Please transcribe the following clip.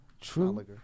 True